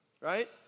right